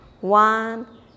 one